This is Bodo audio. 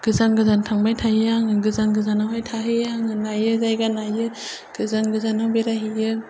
गोजान गोजान थांबाय थायो आङो गोजान गोजानावहाय थाहैयो आङो नायो जायगा नायो गोजान गोजानाव बेराय हैयो